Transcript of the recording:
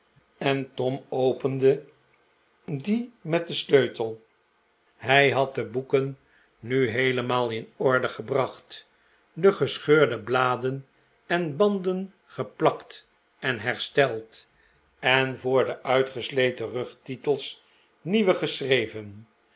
en tom opende die met den sleutel hij had de boeken nu heelemaal in orde gebracht de gescheurde bladen en banden geplakt en hersteld en voor de uitgesleten rugtitels nieuwe geschreven